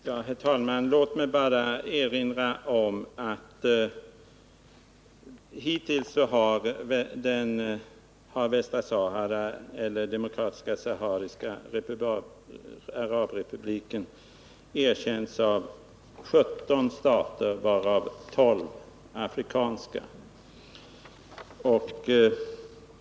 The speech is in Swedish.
Herr talman! Låt mig bara erinra om att hittills har Demokratiska sahariska arabrepubliken erkänts av 17 stater, varav 12 afrikanska.